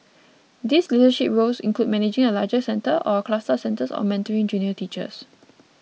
these leadership roles include managing a larger centre or a cluster of centres or mentoring junior teachers